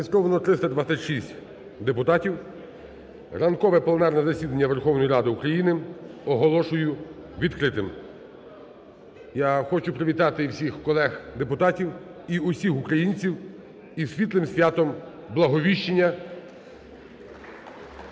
Зареєстровано 326 депутатів. Ранкове пленарне засідання Верховної Ради України оголошую відкритим. Я хочу привітати всіх колег депутатів і всіх українців із світлим святом Благовіщення.